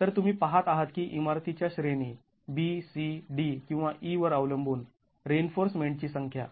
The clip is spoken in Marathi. तर तुम्ही पाहत आहात की इमारतीच्या श्रेणी B C D किंवा E वर अवलंबून रिइन्फोर्समेंटची संख्या